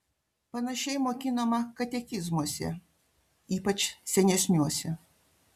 panašiai mokinama katekizmuose ypač senesniuose